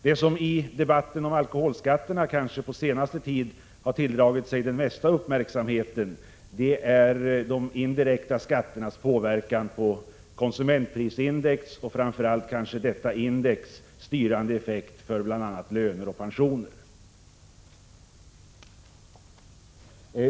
Det som i debatten om alkoholskatterna kanske på senaste tid har tilldragit sig den mesta uppmärksamheten är de indirekta skatternas inverkan på konsumentprisindex och kanske framför allt den styrande effekt detta index har för bl.a. löner och pensioner.